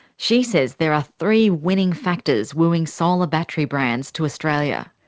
she says there are three winning factors wooing solar battery brands to australia.